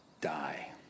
die